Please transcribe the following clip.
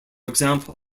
example